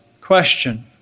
question